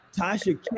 Tasha